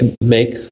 make